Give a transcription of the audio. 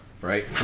right